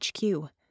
HQ